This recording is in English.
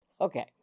Okay